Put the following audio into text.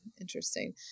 Interesting